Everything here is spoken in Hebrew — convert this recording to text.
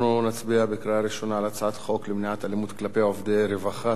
אנחנו נצביע בקריאה ראשונה על הצעת חוק למניעת אלימות כלפי עובדי רווחה,